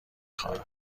خواهد